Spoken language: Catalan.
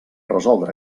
resoldre